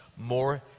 more